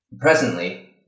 Presently